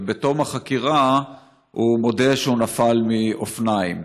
ובתום החקירה הוא מודה שהוא נפל מאופניים.